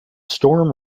storm